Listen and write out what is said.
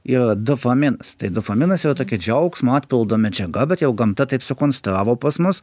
jo dopaminas dopaminas yra tokia džiaugsmo atpildo medžiaga bet jau gamta taip sukonstravo pas mus